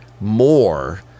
more